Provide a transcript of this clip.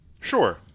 Sure